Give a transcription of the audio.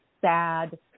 sad